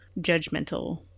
judgmental